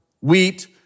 wheat